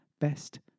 Best